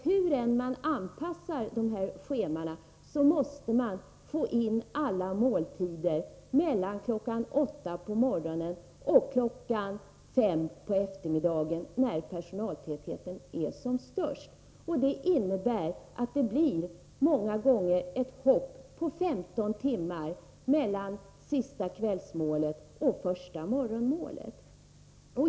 Hur man än anpassar dessa scheman måste man nämligen få in alla måltider mellan kl. 8 på morgonen och kl. 5 på eftermiddagen, när personaltätheten är störst. Det innebär att det många gånger blir ett hopp på 15 timmar mellan det sista kvällsmålet och det första morgonmålet.